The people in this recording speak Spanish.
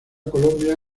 colombia